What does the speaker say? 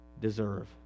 deserve